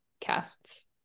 casts